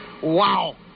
Wow